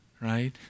right